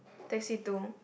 taxi two